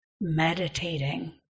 meditating